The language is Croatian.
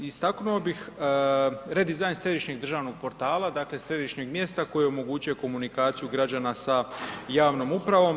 Istaknuo bih redizajn Središnjeg državnog portala, dakle središnjeg mjesta koje omogućuje komunikaciju građana sa javnom upravom.